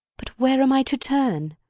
but where am i to turn?